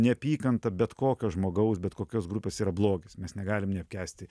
neapykanta bet kokio žmogaus bet kokios grupės yra blogis mes negalim neapkęsti